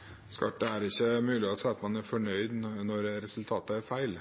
er det ikke mulig å si at man er fornøyd når resultatet er feil.